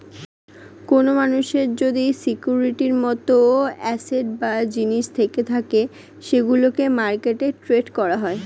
কোন মানুষের যদি সিকিউরিটির মত অ্যাসেট বা জিনিস থেকে থাকে সেগুলোকে মার্কেটে ট্রেড করা হয়